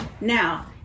Now